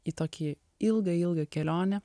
į tokį ilgą ilgą kelionę